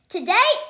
Today